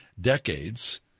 decades